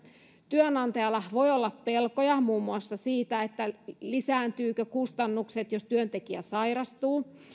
työnantajalla voi olla pelkoja muun muassa siitä lisääntyvätkö kustannukset jos työntekijä sairastuu